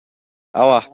اَوا